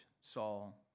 Saul